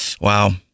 Wow